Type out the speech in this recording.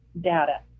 data